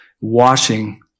washing